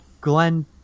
Glenn